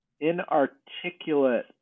inarticulate